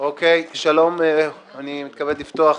אני מתכבד לפתוח